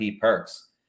perks